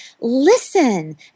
listen